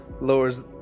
lowers